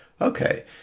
Okay